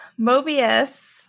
Mobius